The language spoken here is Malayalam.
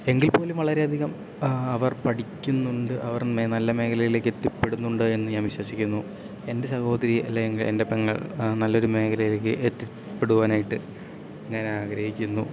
എങ്കിൽ പോലും വളരെയധികം അവർ പഠിക്കുന്നുണ്ട് അവർ നല്ല മേഖലയിലേക്കെത്തിപ്പെടുന്നുണ്ട് എന്ന് ഞാൻ വിശ്വസിക്കുന്നു എൻ്റെ സഹോദരി അല്ലേ എൻ്റെ പെങ്ങൾ നല്ലൊരു മേഖലയിലേക്ക് എത്തിപ്പെടുവാനായിട്ട് ഞാൻ ആഗ്രഹിക്കുന്നു